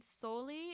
solely